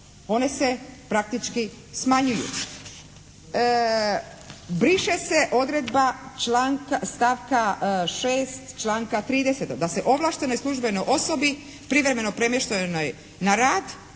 One se praktički smanjuju. Briše se odredba stavka 6. članka 30. da se ovlaštenoj službenoj osobi privremeno premještenoj na rad